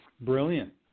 brilliant